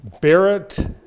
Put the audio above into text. Barrett